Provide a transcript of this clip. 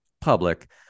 public